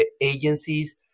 agencies